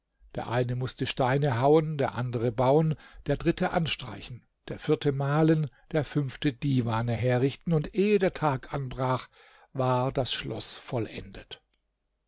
der eine mußte steine hauen der andere bauen der dritte anstreichen der vierte malen der fünfte divane herrichten und ehe der tag anbrach war das schloß vollendet